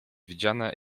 widziane